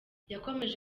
yakomeje